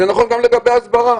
זה נכון גם לגבי ההסברה.